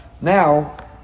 Now